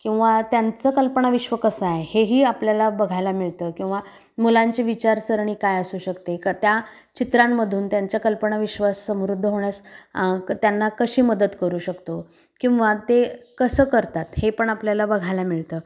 किंवा त्यांचं कल्पनाविश्व कसं आहे हेही आपल्याला बघायला मिळतं किंवा मुलांची विचारसरणी काय असू शकते क त्या चित्रांमधून त्यांच्या कल्पनाविश्वास समृद्ध होण्यास क त्यांना कशी मदत करू शकतो किंवा ते कसं करतात हे पण आपल्याला बघायला मिळतं